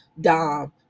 Dom